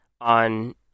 on